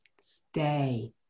Stay